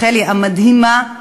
חלי המדהימה,